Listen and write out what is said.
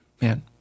Man